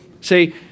See